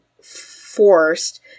forced